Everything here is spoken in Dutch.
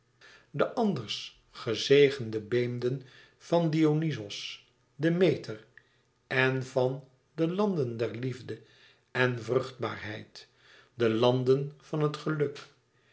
de anders gezegende beemden van dionyzos demeter en van de landen der liefde en vruchtbaarheid de landen van het geluk